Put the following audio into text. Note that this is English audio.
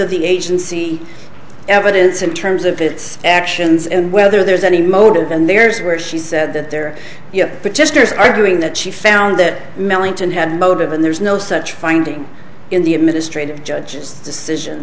of the agency evidence in terms of its actions and whether there's any motive and there's where she said that they're you know arguing that she found that millington had motive and there's no such finding in the administrative judge's decision